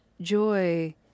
joy